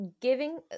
giving